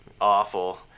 awful